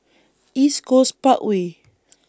East Coast Parkway